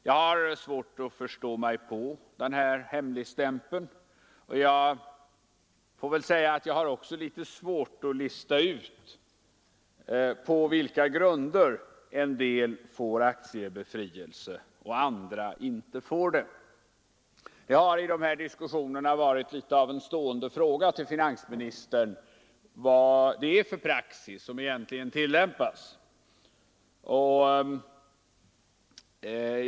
Jag har svårt att förstå mig på detta hemligstämplande, och jag har också litet svårt att lista ut på vilka grunder en del får skattebefrielse och andra inte får det. Det har i dessa diskussioner varit en stående fråga till finansministern vad det är för en praxis som tillämpas.